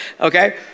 Okay